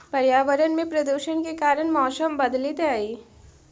पर्यावरण में प्रदूषण के कारण मौसम बदलित हई